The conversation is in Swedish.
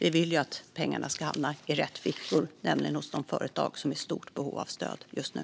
Vi vill att pengarna ska hamna i rätt fickor, nämligen hos de företag som är i stort behov av stöd just nu.